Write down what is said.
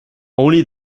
only